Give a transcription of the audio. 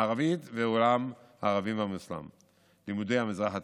ערבית ולימודי המזרח התיכון.